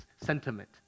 sentiment